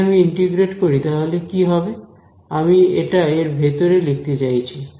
যদি আমি ইন্টিগ্রেট করি তাহলে কি হবে আমি এটা এর ভেতরে লিখতে চাইছি